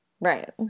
Right